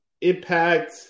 Impact